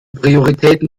prioritäten